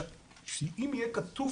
אם יהיה כתוב